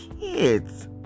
kids